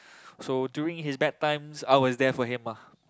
so during his bad times I was there for him ah